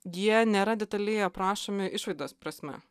jie nėra detaliai aprašomi išvaizdos prasme